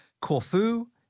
Corfu